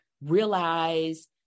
realize